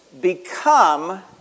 become